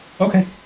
Okay